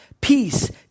peace